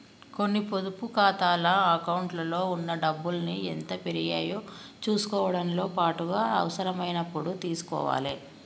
కొన్ని పొదుపు ఖాతాల అకౌంట్లలో ఉన్న డబ్బుల్ని ఎంత పెరిగాయో చుసుకోవడంతో పాటుగా అవసరమైనప్పుడు తీసుకోవాలే